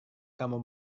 kamu